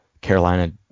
Carolina